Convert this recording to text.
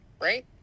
right